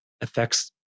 affects